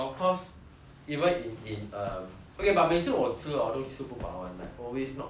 even in in um okay but 每次我吃 orh 都吃不包 [one] like always not full enough